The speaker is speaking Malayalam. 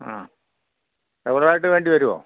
ആ വേണ്ടി വരുമോ